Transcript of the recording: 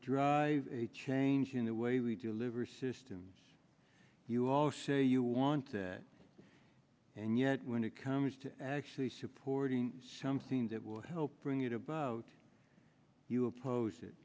drive a change in the way we deliver systems you all say you want that and yet when it comes to actually supporting something that will help bring it about you oppose it